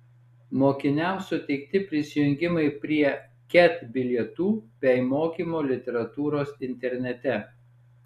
mokiniams suteikti prisijungimai prie ket bilietų bei mokymo literatūros internete